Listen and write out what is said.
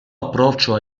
approccio